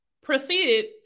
Proceeded